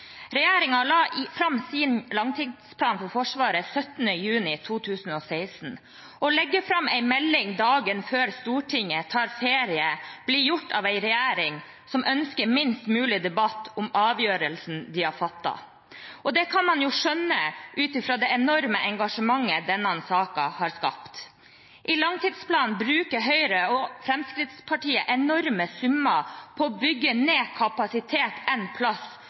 fram sin langtidsplan for Forsvaret 17. juni 2016. Å legge fram en melding dagen før Stortinget tar ferie ble gjort av en regjering som ønsket minst mulig debatt om avgjørelsen de hadde fattet. Det kan man jo skjønne, ut fra det enorme engasjementet denne saken har skapt. I langtidsplanen bruker Høyre og Fremskrittspartiet enorme summer på å bygge ned kapasitet én plass,